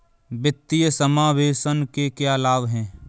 वित्तीय समावेशन के क्या लाभ हैं?